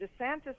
DeSantis